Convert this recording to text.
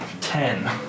Ten